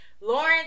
lawrence